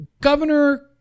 Governor